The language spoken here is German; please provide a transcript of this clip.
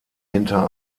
hinter